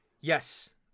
yes